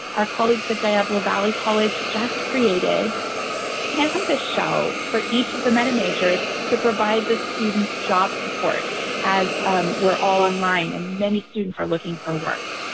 our colleagues at the diablo valley college, just created campus shelves for each of the meta majors to provide the students job support as we're all online and many students are looking for work.